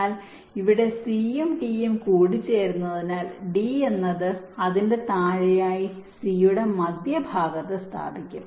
എന്നാൽ ഇവിടെ c യും d യും കൂടിച്ചേരുന്നതിനാൽ d എന്നത് അതിന്റെ താഴെയായി c യുടെ മധ്യഭാഗത്ത് സ്ഥാപിക്കും